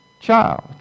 child